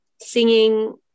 singing